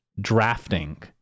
drafting